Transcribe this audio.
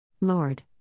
Lord